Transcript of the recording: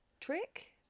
trick